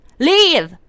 Leave